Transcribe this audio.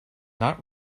not